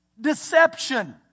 deception